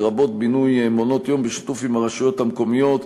לרבות בינוי מעונות-יום בשיתוף עם הרשויות המקומיות,